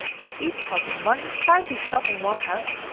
they each held the money tightly shut in one hand,